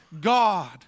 God